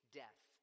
death